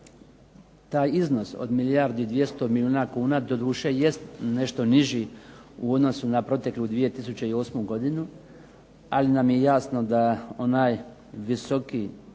Taj iznos od milijardu i 200 milijuna kuna doduše jest nešto niži u odnosu na proteklu 2008. godinu, ali nam je jasno da onaj visoki